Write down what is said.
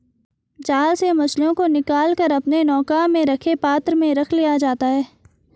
जाल से मछलियों को निकाल कर अपने नौका में रखे पात्र में रख लिया जाता है